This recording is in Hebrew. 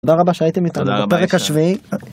תודה רבה שהייתם איתנו. בפרק השביעי